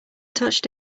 touched